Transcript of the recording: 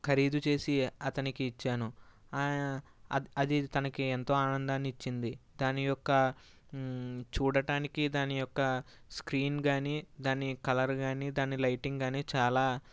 ఖరీదు చేసి అతనికి ఇచ్చాను అది తనకి ఎంతో ఆనందాన్ని ఇచ్చింది దాని యొక్క చూడటానికి దాని యొక్క దాని స్క్రీన్ గానీ దాని కలర్ గానీ దాని లైటింగ్ గానీ చాలా